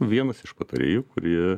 vienas iš patarėjų kurie